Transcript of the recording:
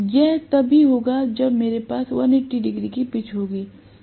यह तभी होगा जब मेरे पास 180 डिग्री की पिच होगी